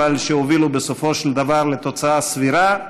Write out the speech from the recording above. שהובילו בסופו של דבר לתוצאה סבירה.